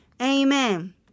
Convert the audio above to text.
Amen